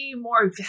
more